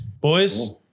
boys